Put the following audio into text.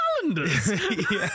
Calendars